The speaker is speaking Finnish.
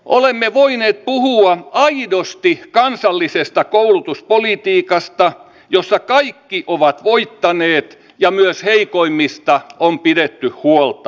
olemme voineet puhua aidosti kansallisesta koulutuspolitiikasta jossa kaikki ovat voittaneet ja myös heikoimmista on pidetty huolta